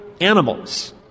animals